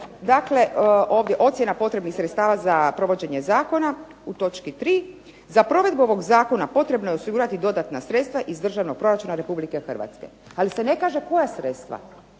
Dakle, ovdje ocjena potrebnih sredstava za provođenje zakona u točki 3. Za provedbu ovog Zakona potrebno je osigurati dodatna sredstva iz državnog proračuna Republike Hrvatske. Ali se ne kaže koja sredstva,